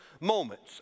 moments